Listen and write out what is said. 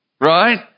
right